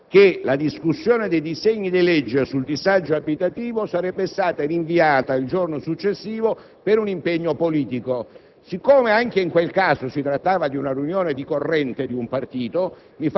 che la discussione dei disegni di legge sul disagio abitativo sarebbe stata rinviata al giorno successivo per un impegno politico. Poiché anche in quel caso si trattava di una riunione di corrente di un partito,